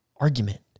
argument